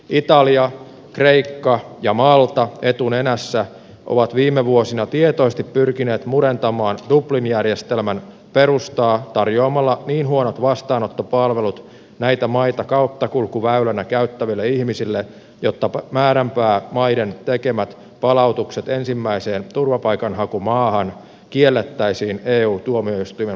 italia kreikka ja malta etunenässä ovat viime vuosina tietoisesti pyrkineet murentamaan dublin järjestelmän perustaa tarjoamalla niin huonot vastaanottopalvelut näitä maita kauttakulkuväylänä käyttäville ihmisille että määränpäämaiden tekemät palautukset ensimmäiseen turvapaikanhakumaahan kiellettäisiin eu tuomioistuimen toimesta